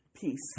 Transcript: peace